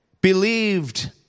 believed